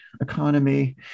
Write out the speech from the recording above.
economy